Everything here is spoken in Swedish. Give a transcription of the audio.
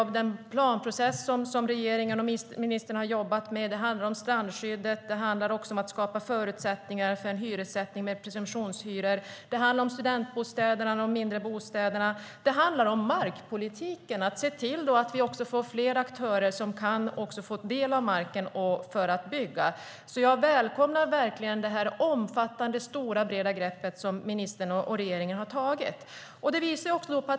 Vidare har regeringen och ministern jobbat med frågor om planprocessen. Det handlar om strandskyddet och att skapa förutsättningar för en hyressättning med presumtionshyror. Det handlar om studentbostäder och mindre bostäder. Det handlar om markpolitiken, att se till att vi får fler aktörer som kan få del av marken för att bygga. Jag välkomnar verkligen det omfattande, stora och breda greppet som ministern och regeringen har tagit.